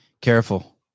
Careful